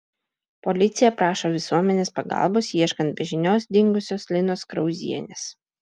policija prašo visuomenės pagalbos ieškant be žinios dingusios linos krauzienės